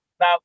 now